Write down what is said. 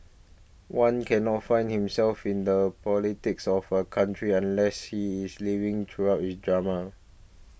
one cannot find himself in the politics of a country unless he is living throughout his dramas